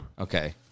Okay